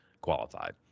qualified